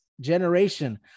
generation